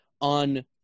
on